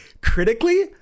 critically